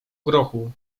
grochu